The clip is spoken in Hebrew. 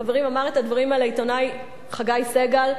חברים, אמר את הדברים האלה העיתונאי חגי סגל.